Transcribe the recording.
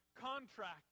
contract